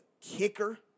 kicker